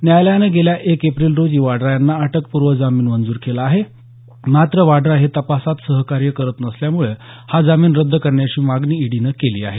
न्यायालयानं गेल्या एक एप्रिल रोजी वाड्रा यांना अटकपूर्व जामीन मंजूर केला आहे मात्र वाड्रा हे तपासात सहकार्य करत नसल्यामुळे हा जामीन रद्द करण्याची मागणी ईडीनं केली आहे